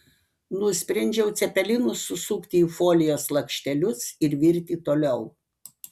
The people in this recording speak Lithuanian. nusprendžiau cepelinus susukti į folijos lakštelius ir virti toliau